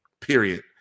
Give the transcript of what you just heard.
period